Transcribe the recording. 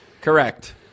Correct